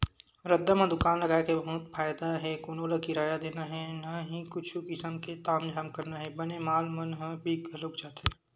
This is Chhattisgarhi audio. रद्दा म दुकान लगाय के बहुते फायदा हे कोनो ल किराया देना हे न ही कुछु किसम के तामझाम करना हे बने माल मन ह बिक घलोक जाथे